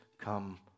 come